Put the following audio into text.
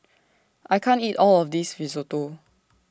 I can't eat All of This Risotto